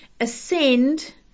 ascend